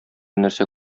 нәрсә